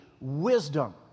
wisdom